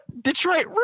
Detroit